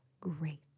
great